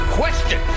question